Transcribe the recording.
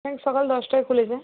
সকাল দশটায় খুলে যায়